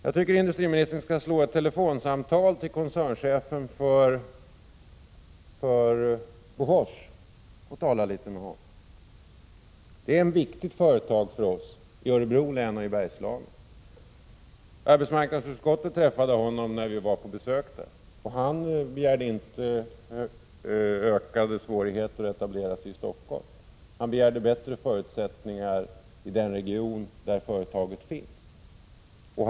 Jag tycker att industriministern skall ringa ett telefonsamtal till koncernchefen för Bofors och tala litet med honom. Bofors är ett viktigt företag för oss i Örebro län och i Bergslagen. Arbetsmarknadsutskottet träffade koncernchefen när utskottet var på besök där. Han begärde inte ökade svårigheter att etablera sig i Stockholm. Han begärde bättre förutsättningar i den region där företaget finns.